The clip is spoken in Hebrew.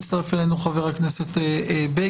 מצטרף אלינו חבר הכנסת בגין.